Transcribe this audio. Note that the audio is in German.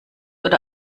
oder